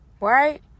right